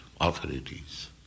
authorities